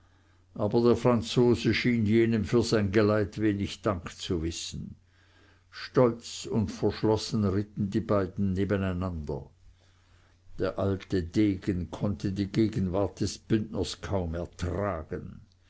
aber der franzose schien jenem für sein geleit wenig dank zu wissen stolz und verschlossen ritten die beiden nebeneinander der alte degen konnte die gegenwart des bündners kaum ertragen